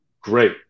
Great